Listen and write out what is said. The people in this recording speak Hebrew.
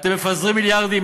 אתם מפזרים מיליארדים,